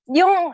yung